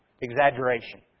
exaggeration